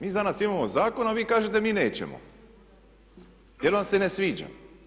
Mi danas imamo zakon, a vi kažete mi nećemo jer nam se ne sviđa.